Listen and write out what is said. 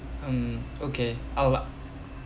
um okay I'll